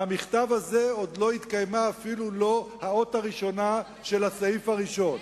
מהמכתב הזה עוד לא התקיימה אפילו לא האות הראשונה של הסעיף הראשון.